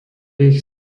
ich